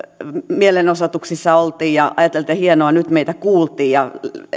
mielenosoituksissa oltiin ja ajateltiin että hienoa nyt meitä kuultiin ja